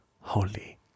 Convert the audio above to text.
holy